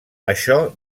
això